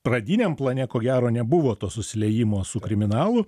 pradiniam plane ko gero nebuvo to susiliejimo su kriminalu